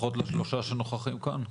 לפחות לשלושה שנוכחים כאן?